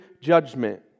judgment